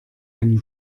einen